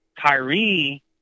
Kyrie